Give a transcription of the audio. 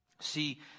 See